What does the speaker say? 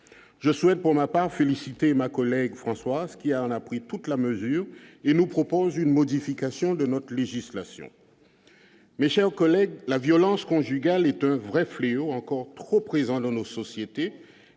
je souhaite pour ma part félicitées ma collègue François ce qu'il y a en a pris toute la mesure et nous propose une modification de notre législation mais, chers collègues, la violence conjugale est un vrai fléau encore trop présent dans nos sociétés,